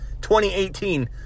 2018